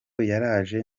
yaraje